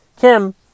Kim